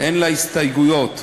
אין הסתייגויות.